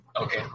okay